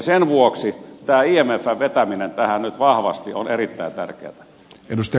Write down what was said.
sen vuoksi imfn vetäminen tähän nyt vahvasti on erittäin tärkeätä